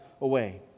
away